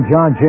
John